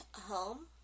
home